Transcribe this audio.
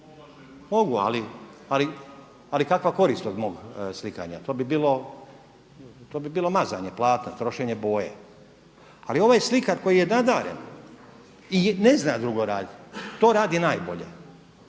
mogu ali kakva korist od mog slikanja? To bi bilo mazanje platna, trošenje boje. Ali ovaj slikar koji nadaren i ne zna drugo raditi to radi najbolje.